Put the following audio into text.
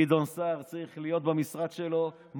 גדעון סער צריך להיות במשרד שלו.